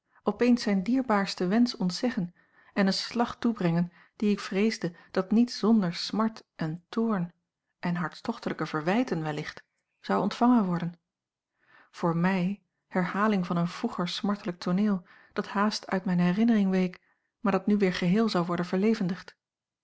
opeens zijn dierbaarsten a l g bosboom-toussaint langs een omweg wensch ontzeggen en een slag toebrengen dien ik vreesde dat niet zonder smart en toorn en hartstochtelijke verwijten wellicht zou ontvangen worden voor mij herhaling van een vroeger smartelijk tooneel dat haast uit mijne herinnering week maar dat nu weer geheel zou worden